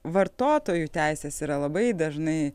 vartotojų teisės yra labai dažnai